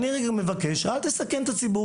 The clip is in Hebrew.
אני רק מבקש, אל תסכן את הציבור.